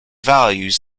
values